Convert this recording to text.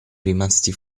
rimasti